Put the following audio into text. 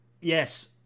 Yes